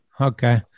Okay